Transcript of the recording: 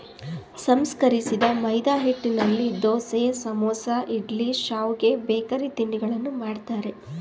ಸಂಸ್ಕರಿಸಿದ ಮೈದಾಹಿಟ್ಟಿನಲ್ಲಿ ದೋಸೆ, ಸಮೋಸ, ಇಡ್ಲಿ, ಶಾವ್ಗೆ, ಬೇಕರಿ ತಿಂಡಿಗಳನ್ನು ಮಾಡ್ತರೆ